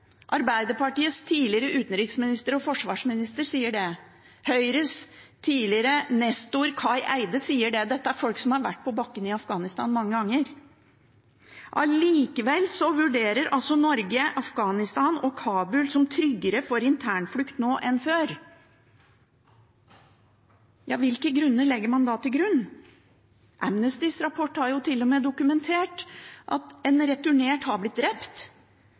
Arbeiderpartiets tidligere utenriksminister og tidligere forsvarsminister sier det. Høyres tidligere nestor Kai Eide sier det. Dette er folk som har vært på bakken i Afghanistan mange ganger. Allikevel vurderer Norge Afghanistan og Kabul som tryggere for internflukt nå enn før. Hvilke vurderinger legger man da til grunn? Amnestys rapport har jo til og med dokumentert at en som er blitt returnert, har blitt drept,